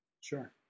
Sure